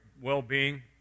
well-being